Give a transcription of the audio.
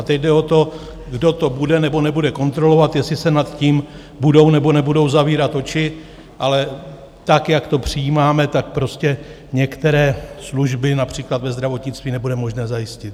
A teď jde o to, kdo to bude, nebo nebude kontrolovat, jestli se nad tím budou, nebo nebudou zavírat oči, ale tak, jak to přijímáme, prostě některé služby, například ve zdravotnictví, nebude možné zajistit.